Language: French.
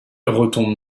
retombe